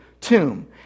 tomb